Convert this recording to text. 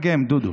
אני אתרגם, דודו.